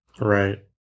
Right